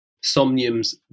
somnium's